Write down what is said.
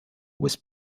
was